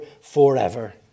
forever